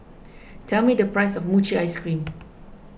tell me the price of Mochi Ice Cream